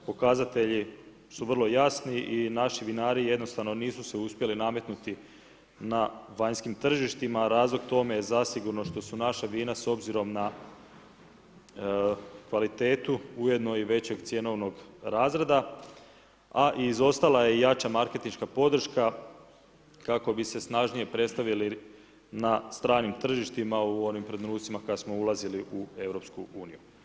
Pokazatelji su vrlo jasni i naši vinari jednostavno nisu se uspjeli nametnuti na vanjskim tržištima, razlog tome je zasigurno što su naša vina s obzirom na kvalitetu ujedno i većeg cjenovnog razreda a izostala je jača marketinška podrška kako bi se snažnije predstavili na stranim tržištima u onim trenucima kad smo ulazili u EU.